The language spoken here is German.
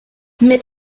mit